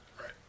right